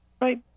Right